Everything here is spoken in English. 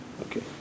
Okay